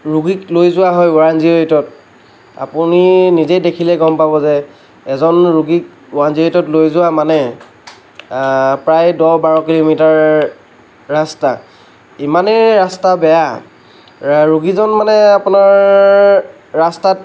ৰোগীক লৈ যোৱা হয় ওৱান জিৰ' এইটত আপুনি নিজেই দেখিলে গম পাব যে এজন ৰোগীক ওৱান জিৰ' এইটত লৈ যোৱা মানে প্ৰায় দহ বাৰ কিলোমিটাৰ ৰাস্তা ইমানেই ৰাস্তা বেয়া ৰোগীজন মানে আপোনাৰ ৰাস্তাত